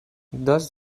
does